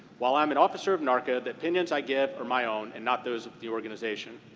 while i'm an officer of narca, the opinions i give are my own and not those of the organization.